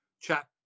chat